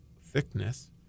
thickness